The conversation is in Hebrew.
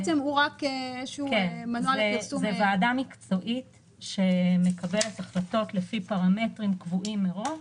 זה ועדה מקצועית שמקבלת החלטות לפי פרמטרים קבועים מראש